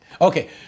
Okay